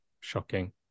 shocking